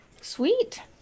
Sweet